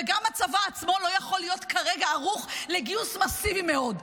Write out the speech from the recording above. וגם הצבא עצמו לא יכול להיות כרגע ערוך לגיוס מסיבי מאוד.